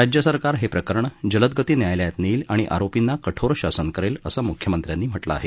राज्यसरकार हे प्रकरण जलदगती न्यायालयात नेईल आणि आरोपींना कठोर शासन करेल असं मुख्यमंत्र्यांनी म्हटलं आहे